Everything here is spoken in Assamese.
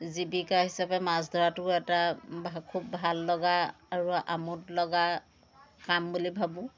জীৱিকা হিচাপে মাছ ধৰাটোও এটা খুব ভাল লগা আৰু আমোদলগা কাম বুলি ভাবোঁ